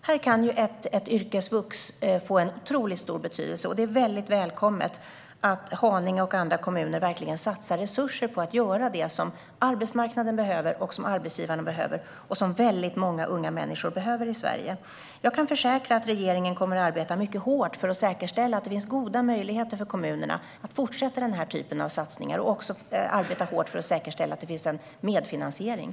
Här kan ett yrkesvux få en otroligt stor betydelse, och det är mycket välkommet att Haninge och andra kommuner verkligen satsar resurser på att göra det som arbetsmarknaden och arbetsgivarna behöver och som många unga människor i Sverige behöver. Jag kan försäkra att regeringen kommer att arbeta mycket hårt för att säkerställa att det finns goda möjligheter för kommunerna att fortsätta göra den här typen av satsningar och för att säkerställa att det finns en medfinansiering.